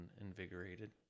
invigorated